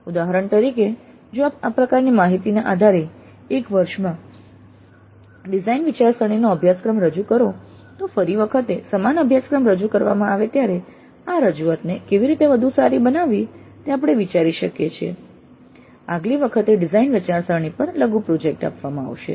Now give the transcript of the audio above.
ઉદાહરણ તરીકે જો આપ આ પ્રકારની માહિતીના આધારે એક વર્ષમાં ડિઝાઇન વિચારસરણીનો અભ્યાસક્રમ રજૂ કરો તો ફરી વખતે સમાન અભ્યાસક્રમ રજૂ કરવામાં આવે ત્યારે આ રજૂઆતને કેવી રીતે વધુ સારી બનાવવી તે આપણે વિચારી શકીએ છીએ આગલી વખતે ડિઝાઇન વિચારસરણી પર લઘુ પ્રોજેક્ટ આપવામાં આવશે